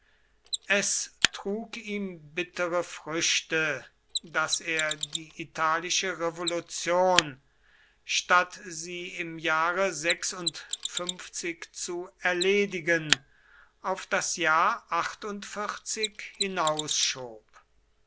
es trug ihm bittere früchte daß er die italische revolution statt sie im jahre zu erledigen auf das jahr